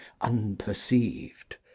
unperceived